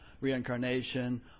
reincarnation